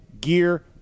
gear